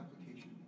application